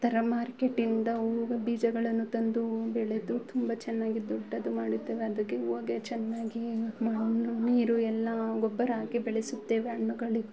ಥರ ಮಾರ್ಕೆಟಿಂದ ಹೂವಿನ ಬೀಜಗಳನ್ನು ತಂದು ಬೆಳೆದು ತುಂಬ ಚೆನ್ನಾಗಿ ದೊಡ್ಡದು ಮಾಡುತ್ತೇವೆ ಅದಾಗೆ ಹೂವಿಗೆ ಚೆನ್ನಾಗಿ ಏನು ಮಣ್ಣು ನೀರು ಎಲ್ಲ ಗೊಬ್ಬರ ಹಾಕಿ ಬೆಳೆಸುತ್ತೇವೆ ಹಣ್ಣುಗಳಿಗೂ